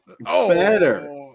Better